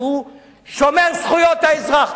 שהוא שומר זכויות האזרח.